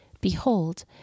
Behold